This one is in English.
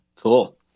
Cool